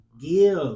give